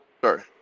Sorry